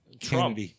Trump